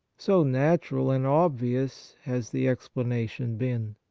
so natural and obvious has the explanation been.